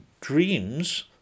dreams